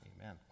Amen